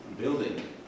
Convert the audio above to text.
building